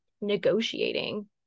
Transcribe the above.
negotiating